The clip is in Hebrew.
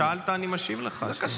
שאלת, אני משיב לך.